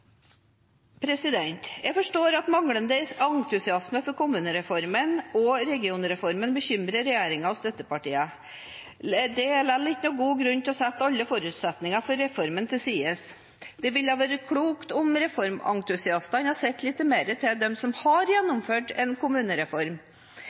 Jeg forstår at manglende entusiasme for kommunereformen og regionreformen bekymrer regjeringen og støttepartiene. Det er likevel ikke noen god grunn til å sette alle forutsetninger for reformen til side. Det ville ha vært klokt om reformentusiastene hadde sett litt mer til dem som har